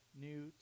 new